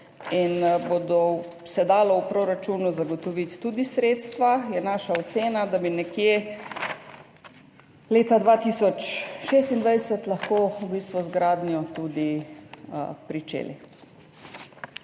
in se bo dalo v proračunu tudi zagotoviti sredstva, je naša ocena, da bi nekje leta 2026 lahko v bistvu z gradnjo tudi začeli.